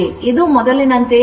ಇದು ಮೊದಲಿನಂತೆಯೇ ಇರುತ್ತದೆ